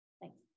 Thanks